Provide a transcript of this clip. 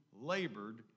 labored